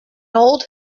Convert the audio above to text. old